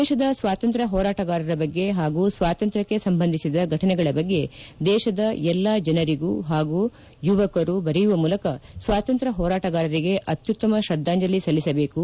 ದೇಶದ ಸ್ವಾತಂತ್ರ್ತ ಹೋರಾಟಗಾರರ ಬಗ್ಗೆ ಹಾಗೂ ಸ್ವಾತಂತ್ರ್ಕಕ್ಕೆ ಸಂಬಂಧಿಸಿದ ಫೆಟನೆಗಳ ಬಗ್ಗೆ ದೇಶದ ಎಲ್ಲ ಜನರಿಗೂ ಹಾಗೂ ಯುವಕರು ಬರೆಯುವ ಮೂಲಕ ಸ್ವಾತಂತ್ರ್ಯ ಹೋರಾಟಗಾರರಿಗೆ ಅತ್ಯುತ್ತಮ ಶ್ರದ್ದಾಂಜಲಿ ಸಲ್ಲಿಸಬೇಕು